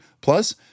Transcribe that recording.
Plus